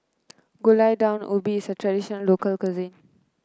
Gulai Daun Ubi is a tradition local cuisine